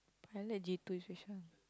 I like G-two